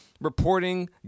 reporting